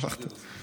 נשארתי עד הסוף.